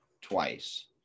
twice